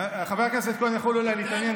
חבר הכנסת כהן יכול אולי להתעניין,